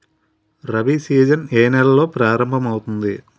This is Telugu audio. రబి సీజన్ ఏ నెలలో ప్రారంభమౌతుంది?